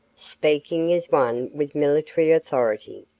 speaking as one with military authority.